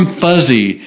fuzzy